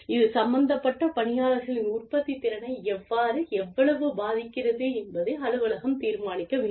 இது சம்பந்தப்பட்ட பணியாளர்களின் உற்பத்தித்திறனை எவ்வாறு எவ்வளவு பாதிக்கிறது என்பதை அலுவலகம் தீர்மானிக்க வேண்டும்